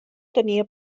tenia